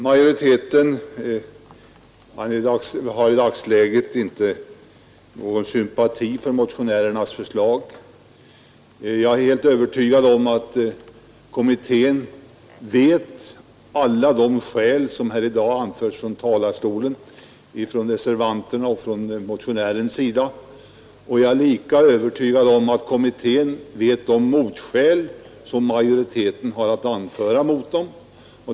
Majoriteten har i dagsläget inte någon sympati för motionärernas förslag. Jag är helt övertygad om att kommittén känner till alla de skäl som här i dag har anförts från talarstolen av reservanterna och motionärerna och jag är lika övertygad om att kommittén känner till de motskäl som majoriteten har att anföra mot dem.